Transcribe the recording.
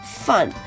fun